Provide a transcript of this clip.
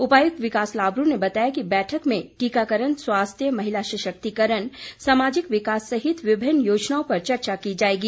उपायुक्त विकास लाबरू ने बताया कि बैठक में टीकाकरण स्वास्थ्य महिला सशक्तिकरण सामाजिक विकास सहित विभिन्न योजनाओं पर चर्चा की जाएगी